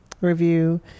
review